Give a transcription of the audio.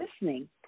listening